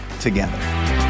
together